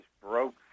broke